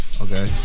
Okay